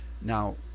now